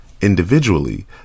Individually